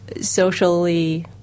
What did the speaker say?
socially